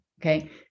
okay